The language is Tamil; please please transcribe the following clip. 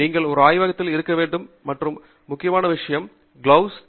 நீங்கள் ஒரு ஆய்வகத்தில் இருக்க வேண்டும் என்று மற்ற மிகவும் பொதுவான விஷயம் கையுறைகள்